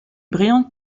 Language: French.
brillante